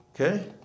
okay